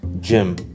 gym